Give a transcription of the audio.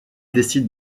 décide